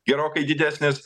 gerokai didesnis